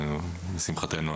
ולשמחתנו,